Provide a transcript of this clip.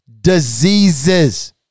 diseases